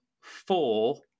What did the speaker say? four